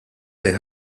fejn